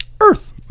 Earth